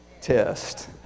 test